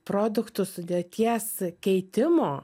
produktų sudėties keitimo